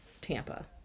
Tampa